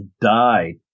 died